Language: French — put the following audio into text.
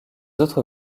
autres